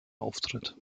auftritt